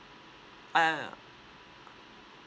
ah